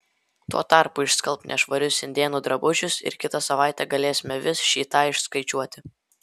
tuo tarpu išskalbk nešvarius indėnų drabužius ir kitą savaitę galėsime vis šį tą išskaičiuoti